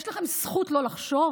יש לכם זכות לא לחשוב?